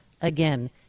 Again